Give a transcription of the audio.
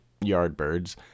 Yardbirds